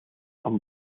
een